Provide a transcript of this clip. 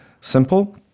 simple